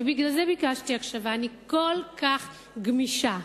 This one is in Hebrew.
ובגלל זה ביקשתי הקשבה: אני כל כך גמישה,